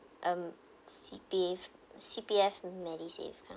um C_P_F C_P_F Medisave kind of